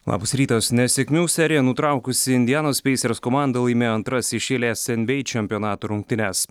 labas rytas nesėkmių seriją nutraukusi indianos peisers komanda laimėjo antras iš eilės nba čempionato rungtynes